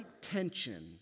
tension